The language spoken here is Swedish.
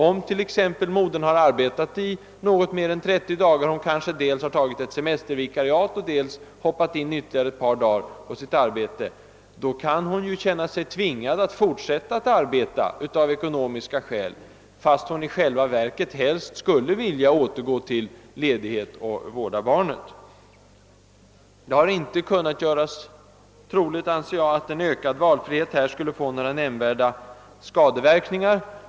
Om t.ex. modern har arbetat i något mer än 30 dagar — hon kanske dels har tagit ett semestervikariat, dels ryckt in ytterligare ett par dagar på sitt arbete — kan hon ju känna sig tvingad att fortsätta att arbeta av ekonomiska skäl, fast hon i själva verket helst skulle vilja återgå till ledighet och vårda barnet. Jag anser inte att det har kunnat göras troligt att en ökad valfrihet skulle få några nämnvärda skadeverkningar.